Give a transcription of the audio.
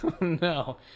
No